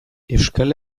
euskal